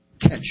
catch